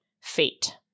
fate